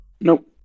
Nope